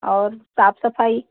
और साफ सफाई